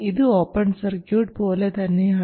ഇത് open circuit പോലെ തന്നെയാണ്